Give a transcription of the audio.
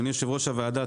אדוני יושב ראש הוועדה,